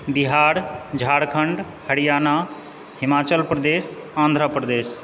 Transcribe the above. Bihar Jharkhand Haryana Himachal Pradesh Andhra Pradesh